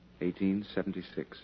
1876